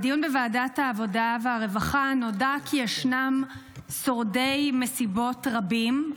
בדיון בוועדת העבודה והרווחה נודע כי ישנם שורדי מסיבות רבים,